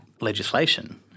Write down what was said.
legislation